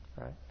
right